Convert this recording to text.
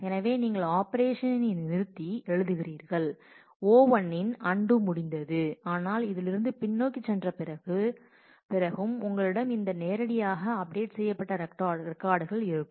எனவே நீங்கள் ஆபரேஷன் நிறுத்தி எழுதுகிறீர்கள் O1 இன் O1 அன்டூ முடிந்தது ஆனால் இதில் இருந்து பின்னோக்கிச் சென்ற பிறகும் உங்களிடம் இந்த நேரடியாக அப்டேட் செய்யப்பட்ட ரெக்கார்டு இருக்கும்